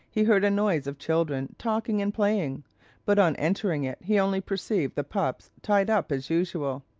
he heard a noise of children talking and playing but on entering it, he only perceived the pups tied up as usual.